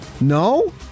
No